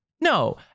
No